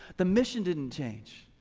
the mission didn't change.